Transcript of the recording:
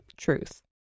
truth